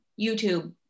YouTube